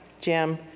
Jim